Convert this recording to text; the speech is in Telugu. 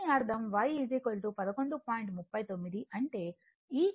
39 అంటే ఈ ఎత్తు y 11